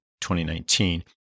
2019